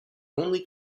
only